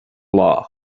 law